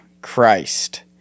Christ